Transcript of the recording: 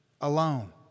alone